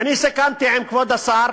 סיכמתי עם כבוד השר